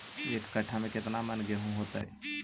एक कट्ठा में केतना मन गेहूं होतै?